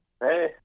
Hey